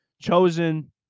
Chosen